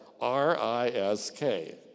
R-I-S-K